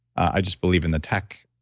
i just believe in the tech,